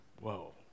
whoa